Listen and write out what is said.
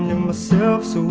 and myself's so